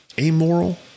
amoral